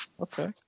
Okay